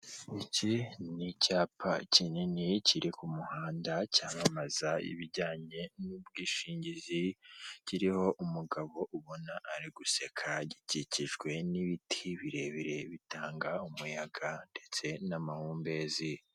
Iki ni icyapa kinini kiri ku muhanda cyamamaza ibijyanye n'ubwishingizi, kiriho umugabo ubona ari guseka gikikijwe n'ibiti birebire bitanga umuyaga ndetse n'amahumbezi.